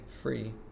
free